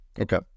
Okay